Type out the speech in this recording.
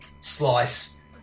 slice